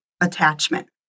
attachment